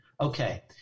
Okay